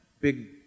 big